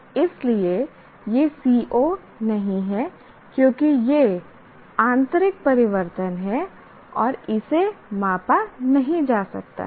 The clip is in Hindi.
इसलिए यह CO नहीं है क्योंकि यह आंतरिक परिवर्तन है और इसे मापा नहीं जा सकता है